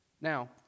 Now